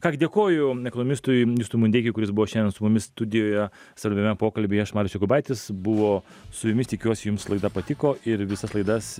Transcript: ak dėkoju ekonomistui justui mundeikiui kuris buvo šiandien su mumis studijoje svarbiame pokalbyje aš marius jokūbaitis buvo su jumis tikiuosi jums laida patiko ir visas laidas